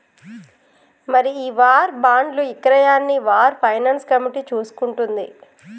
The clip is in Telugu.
మరి ఈ వార్ బాండ్లు ఇక్రయాన్ని వార్ ఫైనాన్స్ కమిటీ చూసుకుంటుంది